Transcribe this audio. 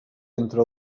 entre